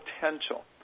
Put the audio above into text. potential